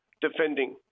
defending